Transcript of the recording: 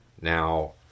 Now